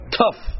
tough